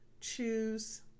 choose